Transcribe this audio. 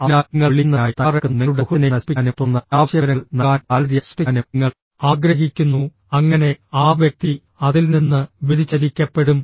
അതിനാൽ നിങ്ങൾ വിളിക്കുന്നതിനായി തയ്യാറെടുക്കുന്ന നിങ്ങളുടെ സുഹൃത്തിനെ നശിപ്പിക്കാനും തുടർന്ന് അനാവശ്യ വിവരങ്ങൾ നൽകാനും താൽപ്പര്യം സൃഷ്ടിക്കാനും നിങ്ങൾ ആഗ്രഹിക്കുന്നു അങ്ങനെ ആ വ്യക്തി അതിൽ നിന്ന് വ്യതിചലിക്കപ്പെടും